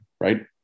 right